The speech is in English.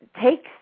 takes